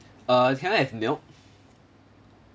uh can I have milk